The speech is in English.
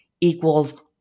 equals